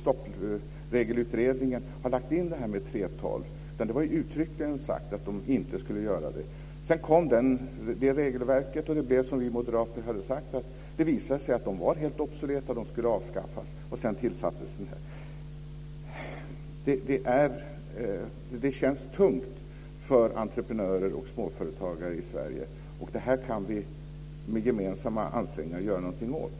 stoppregelutredningen utreda det här med 3:12? Det var uttryckligen sagt att utredningen inte skulle göra det. Sedan kom det regelverket, och det blev som vi moderater hade sagt. Det visade sig att de var helt obsoleta och skulle avskaffas. Så tillsattes en utredning. Det känns tungt för entreprenörer och småföretagare i Sverige. Det här kan vi med gemensamma ansträngningar göra någonting åt.